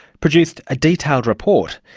produced a detailed report.